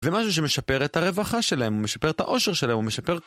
זה משהו שמשפר את הרווחה שלהם, הוא משפר את העושר שלהם, הוא משפר...